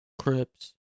Crips